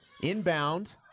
Inbound